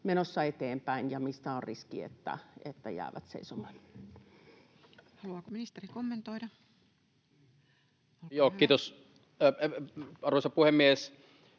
menossa eteenpäin, ja missä on riski, että jäävät seisomaan? Haluaako ministeri kommentoida? — Olkaa hyvä. Kiitos, arvoisa puhemies!